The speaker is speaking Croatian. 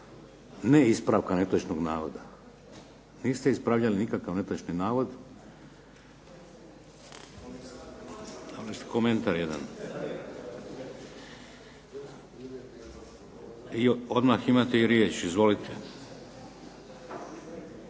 ne ispravka netočnog navoda. Niste ispravljali nikakav netočni navod. Komentar jedan. I odmah imate i riječ. Izvolite.